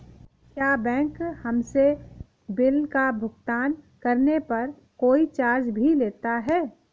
क्या बैंक हमसे बिल का भुगतान करने पर कोई चार्ज भी लेता है?